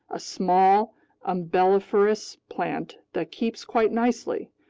a small umbelliferous plant that keeps quite nicely,